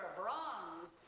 bronze